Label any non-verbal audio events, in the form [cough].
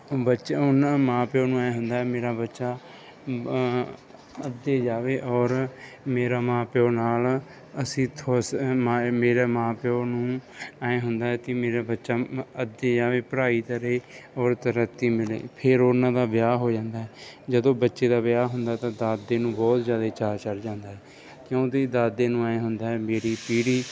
ਬੱਚਾ ਉਨਾ ਮਾਂ ਪਿਓ ਨੂੰ ਐਂ ਹੁੰਦਾ ਮੇਰਾ ਬੱਚਾ ਅੱਗੇ ਜਾਵੇ ਔਰ ਮੇਰਾ ਮਾਂ ਪਿਓ ਨਾਲ ਅਸੀਂ [unintelligible] ਮੇਰੇ ਮਾਂ ਪਿਓ ਨੂੰ ਇਹ ਹੁੰਦਾ ਤੀ ਮੇਰਾ ਬੱਚਾ ਅੱਗੇ ਜਾਵੇ ਪੜ੍ਹਾਈ ਕਰੇ ਔਰ ਤਰੱਕੀ ਮਿਲੇ ਫਿਰ ਉਹਨਾਂ ਦਾ ਵਿਆਹ ਹੋ ਜਾਂਦਾ ਹੈ ਜਦੋਂ ਬੱਚੇ ਦਾ ਵਿਆਹ ਹੁੰਦਾ ਤਾਂ ਦਾਦੇ ਨੂੰ ਬਹੁਤ ਜ਼ਿਆਦਾ ਚਾਅ ਚੜ੍ਹ ਜਾਂਦਾ ਹੈ ਕਿਉਂਕਿ ਦਾਦੇ ਨੂੰ ਐਂ ਹੁੰਦਾ ਹੈ ਮੇਰੀ ਪੀੜ੍ਹੀ